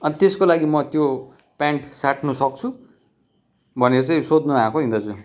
अन्त त्यसको लागि म त्यो प्यान्ट साट्नु सक्छु भनेर चाहिँ सोध्नु आएको नि दाजु